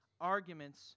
arguments